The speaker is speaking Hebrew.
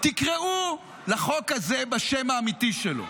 תקראו לחוק הזה בשם האמיתי שלו.